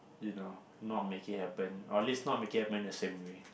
you know not make it happen or at least not make it happen in the same way